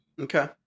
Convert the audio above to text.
Okay